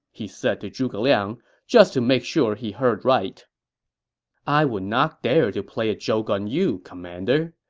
he said to zhuge liang, just to make sure he heard right i would not dare to play a joke on you, commander.